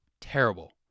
Terrible